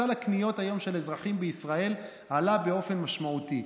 סל הקניות של אזרחים בישראל היום עלה באופן משמעותי.